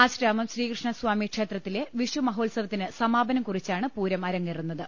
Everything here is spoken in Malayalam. ആശ്രാമം ശ്രീകൃഷ്ണസാമി ക്ഷേത്രത്തിലെ വിഷു മഹോത്സവത്തിന് സമാപനം കുറിച്ചാണ് പൂരം അരങ്ങേറു ന്നത്